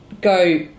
go